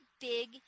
big